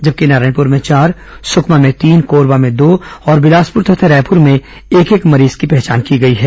जबकि नारायणपुर में चार सुकमा में तीन कोरबा में दो और बिलासपुर तथा रायपुर में एक एक मरीजों की पहचान की गई है